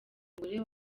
mugore